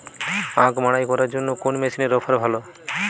আখ মাড়াই করার জন্য কোন মেশিনের অফার ভালো?